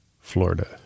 Florida